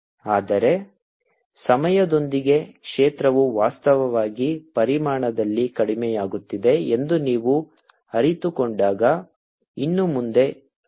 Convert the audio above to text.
ಆದರೆ ಸಮಯದೊಂದಿಗೆ ಕ್ಷೇತ್ರವು ವಾಸ್ತವವಾಗಿ ಪರಿಮಾಣದಲ್ಲಿ ಕಡಿಮೆಯಾಗುತ್ತಿದೆ ಎಂದು ನೀವು ಅರಿತುಕೊಂಡಾಗ ಇನ್ನು ಮುಂದೆ ಅಲ್ಲ